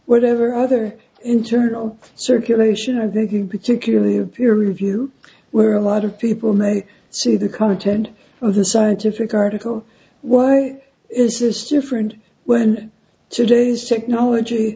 whatever other internal circulation of thinking particularly of peer review where a lot of people may see the content of the scientific article why is this different when today's technology